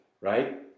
Right